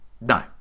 No